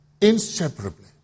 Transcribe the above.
inseparably